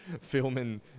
filming